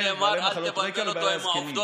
על זה נאמר: אל תבלבל אותו עם העובדות,